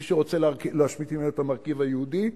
מי שרוצה להשמיט ממנו את המרכיב היהודי,